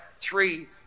three